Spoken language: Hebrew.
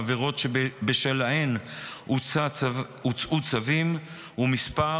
העבירות שבשלהן הוצאו צווים ומספר